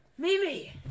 Mimi